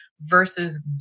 versus